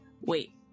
wait